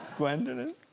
gwendoline?